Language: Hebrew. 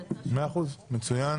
מצוין.